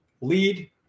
lead